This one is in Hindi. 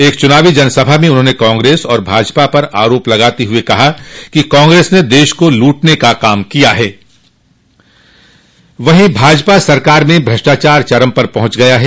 एक चूनावी जनसभा में उन्होंने कांग्रेस और भाजपा पर आरोप लगाते हुए कहा कि कांग्रेस ने देश को लूटने का काम किया है वहीं भाजपा सरकार में भ्रष्टाचार चरम पर पहुंच गया है